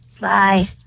bye